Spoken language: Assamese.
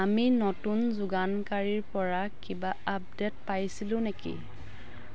আমি নতুন যোগানকাৰীৰপৰা কিবা আপডেট পাইছিলো নেকি